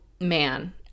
man